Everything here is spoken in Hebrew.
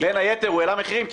הוא העלה מחירים בין היתר כי